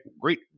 great